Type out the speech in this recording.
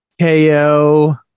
KO